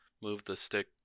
move-the-stick